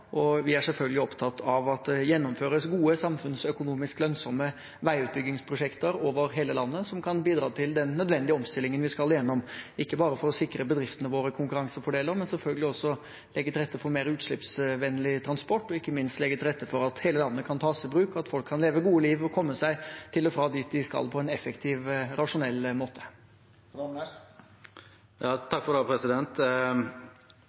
Vi er selvfølgelig opptatt av at det gjennomføres gode, samfunnsøkonomisk lønnsomme veiutbyggingsprosjekter over hele landet som kan bidra til den nødvendige omstillingen vi skal gjennom, ikke bare for å sikre bedriftene våre konkurransefordeler, men selvfølgelig også for å legge til rette for mer utslippsvennlig transport og ikke minst at hele landet kan tas i bruk, og at folk kan leve et godt liv og komme seg til og fra dit de skal på en effektiv, rasjonell måte.